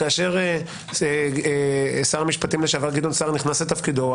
כאשר שר המשפטים לשעבר גדעון סער נכנס לתפקידו,